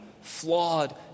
Flawed